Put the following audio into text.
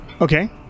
Okay